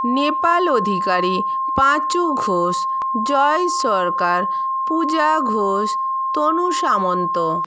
Nepal Adhikari Panchu Ghosh Joy Sarkar Puja Ghosh Tanu Samanta